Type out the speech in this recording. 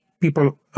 people